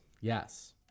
Yes